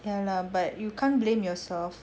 ya lah but you can't blame yourself